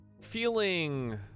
Feeling